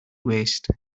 waste